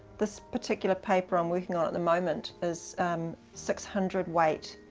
this particular paper i'm working on at the moment is six hundred weight,